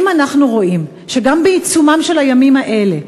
אם אנחנו רואים שגם בעיצומם של הימים האלה,